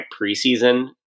preseason